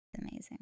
Amazing